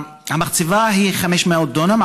המחצבה היא של 500 דונם,